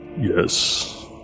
Yes